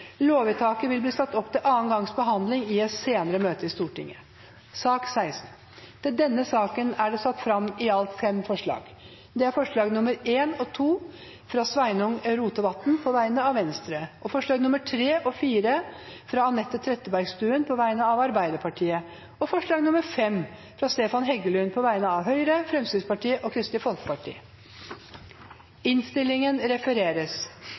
Lovvedtaket vil bli satt opp til andre gangs behandling i et senere møte i Stortinget. Under debatten er det satt fram fem forslag. Det er forslagene nr. 1 og 2, fra Sveinung Rotevatn på vegne av Venstre forslagene nr. 3 og 4, fra Anette Trettebergstuen på vegne av Arbeiderpartiet forslag nr. 5, fra Stefan Heggelund på vegne av Høyre, Fremskrittspartiet og Kristelig Folkeparti